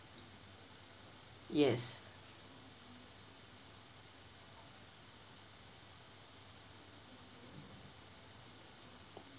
yes